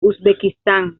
uzbekistán